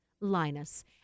Linus